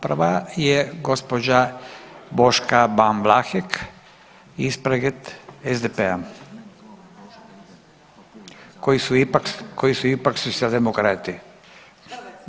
Prva je gospođa Boška Ban Vlahek ispred SDP-a koji su ipak Socijaldemokrati.